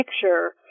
picture